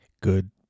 good